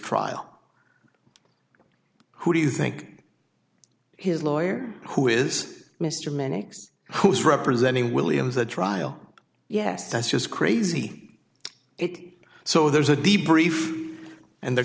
trial who do you think his lawyer who is mr many who's representing williams the trial yes that's just crazy it so there's a de brief and the